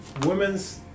women's